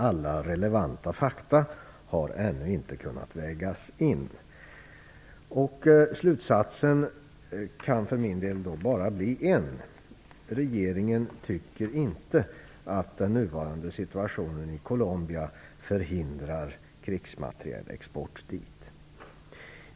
Alla relevanta fakta har ännu inte kunnat vägas in. Slutsatsen kan för min del bara bli en: Regeringen tycker inte att den nuvarande situationen i Colombia förhindrar krigsmaterielexport dit.